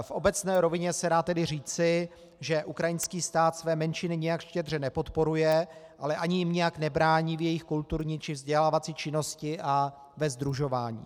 V obecné rovině se dá tedy říci, že ukrajinský stát své menšiny nijak štědře nepodporuje, ale ani jim nijak nebrání v jejich kulturní čí vzdělávací činnosti a ve sdružování.